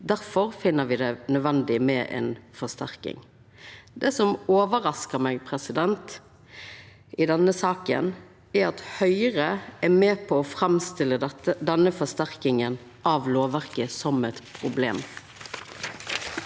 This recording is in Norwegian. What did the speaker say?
Difor finn me det nødvendig med ei forsterking. Det som overraskar meg i denne saka, er at Høgre er med på å framstilla denne forsterkinga av lovverket som eit problem,